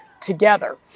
together